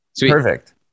Perfect